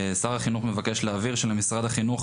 שר החינוך מבקש להבהיר שלמשרד החינוך